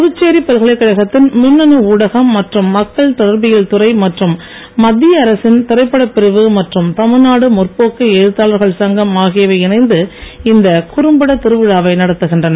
புதுச்சேரி பல்கலைக்கழகத்தின் மின்னணு ஊடகம் மற்றும் மக்கள் தொடர்பியல் துறை மற்றும் மத்திய அரசின் திரைப்படப்பிரிவு மற்றும் தமிழ்நாடு முற்போக்கு எழுத்தாளர்கள் சங்கம் ஆகியவை இணைந்து இந்த குறும்பட திருவிழாவை நடத்துகின்றன